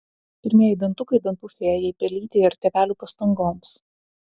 pirmieji dantukai dantų fėjai pelytei ar tėvelių pastangoms